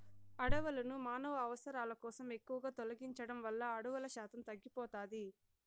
అడవులను మానవ అవసరాల కోసం ఎక్కువగా తొలగించడం వల్ల అడవుల శాతం తగ్గిపోతాది